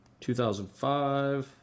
2005